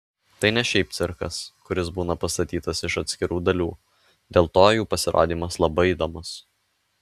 tai ne šiaip cirkas kuris būna pastatytas iš atskirų dalių dėl to jų pasirodymas labai įdomus